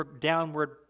downward